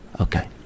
Okay